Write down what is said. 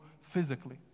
physically